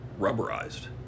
rubberized